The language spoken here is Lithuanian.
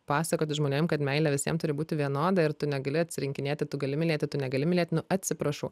pasakoti žmonėm kad meilė visiem turi būti vienoda ir tu negali atsirinkinėti tu gali mylėti tu negali mylėti nu atsiprašau